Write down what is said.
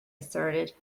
asserted